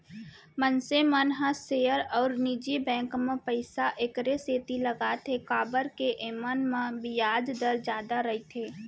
मनसे मन ह सेयर अउ निजी बेंक म पइसा एकरे सेती लगाथें काबर के एमन म बियाज दर जादा रइथे